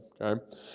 okay